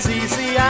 easy